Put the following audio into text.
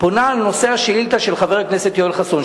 פונה בנושא השאילתא של חבר הכנסת יואל חסון,